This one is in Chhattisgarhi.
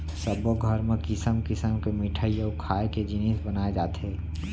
सब्बो घर म किसम किसम के मिठई अउ खाए के जिनिस बनाए जाथे